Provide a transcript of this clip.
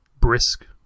brisk